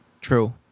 True